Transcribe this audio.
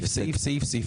בסעיף ועוד סעיף,